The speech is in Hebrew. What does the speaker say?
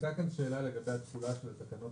הייתה כאן שאלה לגבי התפוגה של התקנות